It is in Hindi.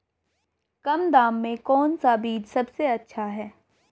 कम दाम में कौन सा बीज सबसे अच्छा है?